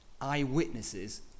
eyewitnesses